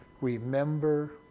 remember